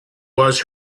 was